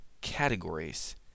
categories